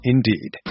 Indeed